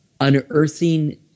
unearthing